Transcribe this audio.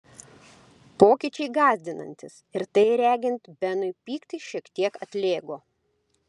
pokyčiai gąsdinantys ir tai regint benui pyktis šiek tiek atlėgo